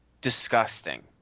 disgusting